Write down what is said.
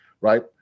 right